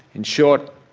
in short,